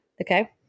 okay